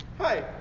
Hi